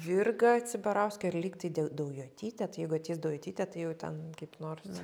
virga cibarauskė ir lyg tai deu daujotytė tai jeigu ateis daujotytė tai jau ten kaip nors